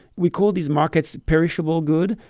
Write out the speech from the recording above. we call these markets perishable good.